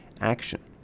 action